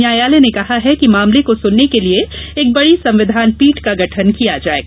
न्यायालय ने कहा है कि मामले को सुनने के लिए एक बड़ी संविधान पीठ का गठन किया जायेगा